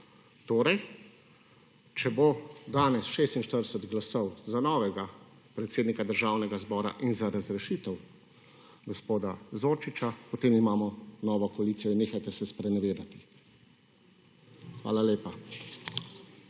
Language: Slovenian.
Torej, če bo danes 46 glasov za novega predsednika Državnega zbora in za razrešitev gospoda Zorčiča, potem imamo novo koalicijo in nehajte se sprenevedati. Hvala lepa.